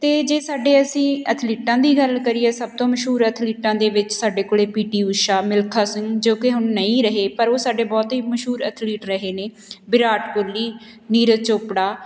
ਅਤੇ ਜੇ ਸਾਡੇ ਅਸੀਂ ਐਥਲੀਟਾਂ ਦੀ ਗੱਲ ਕਰੀਏ ਸਭ ਤੋਂ ਮਸ਼ਹੂਰ ਐਥਲੀਟਾਂ ਦੇ ਵਿੱਚ ਸਾਡੇ ਕੋਲ ਪੀ ਟੀ ਊਸ਼ਾ ਮਿਲਖਾ ਸਿੰਘ ਜੋ ਕਿ ਹੁਣ ਨਹੀਂ ਰਹੇ ਪਰ ਉਹ ਸਾਡੇ ਬਹੁਤ ਹੀ ਮਸ਼ਹੂਰ ਐਥਲੀਟ ਰਹੇ ਨੇ ਵਿਰਾਟ ਕੋਹਲੀ ਨੀਰਜ ਚੋਪੜਾ